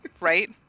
Right